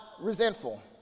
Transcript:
resentful